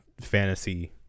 fantasy